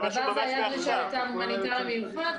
בעבר זה היה היתר הומניטרי מיוחד,